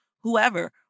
whoever